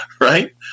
right